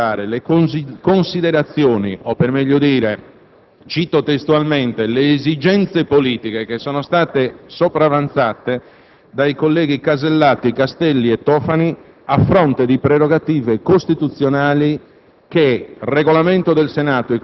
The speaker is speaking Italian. non possiamo in alcun modo accettare le considerazioni o per meglio dire - cito testualmente - le esigenze politiche sopravanzate dai colleghi Casellati, Castelli e Tofani a fronte di prerogative costituzionali